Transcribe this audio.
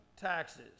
taxes